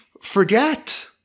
forget